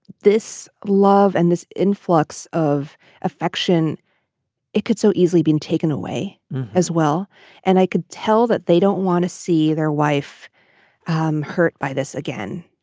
this love and this influx of affection it could so easily been taken away as well and i could tell that they don't want to see their wife um hurt by this again.